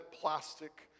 plastic